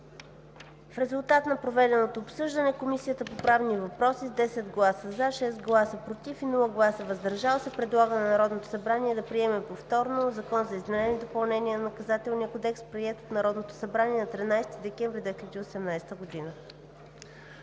В резултат на проведеното обсъждане Комисията по правни въпроси с 10 гласа „за”, 6 гласа „против“ и без „въздържал се” предлага на Народното събрание да приеме повторно Закона за изменение и допълнение на Наказателния кодекс, приет от Народното събрание на 13 декември 2018 г.“